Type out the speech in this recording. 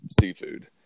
seafood